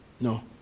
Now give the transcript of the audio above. no